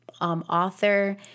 author